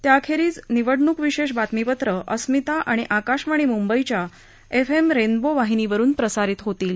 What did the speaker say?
त्याखेरिज निवडणूक विशेष बातमीपत्रं अरिमता आणि आकाशवाणी मुंबईच्या एफ एम रेनबो वाहिनीवरुन प्रसारित होतील